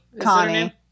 Connie